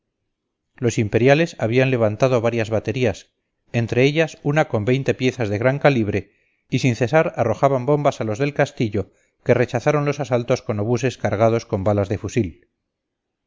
los imperiales habían levantado varias baterías entre ellas una con veinte piezas de gran calibre y sin cesar arrojaban bombas a los del castillo que rechazaron los asaltos con obuses cargados con balas de fusil